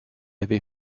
avait